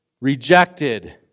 rejected